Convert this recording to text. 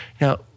Now